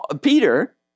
Peter